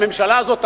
הממשלה הזאת אמרה: